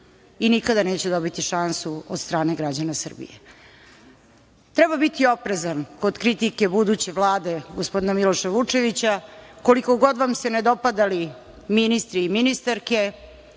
i nikada neće dobiti šansu od građana Srbije? Treba biti oprezan kod kritike buduće Vlade gospodina Miloša Vučevića. Koliko god vas se nedopadali ministri i ministarke,